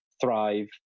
thrive